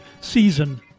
season